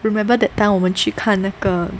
remember that time 我们去看那个